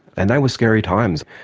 and they were scary times,